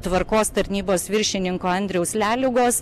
tvarkos tarnybos viršininko andriaus leliugos